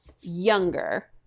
younger